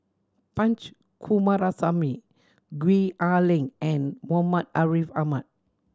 Punch Coomaraswamy Gwee Ah Leng and Muhammad Ariff Ahmad